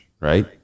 Right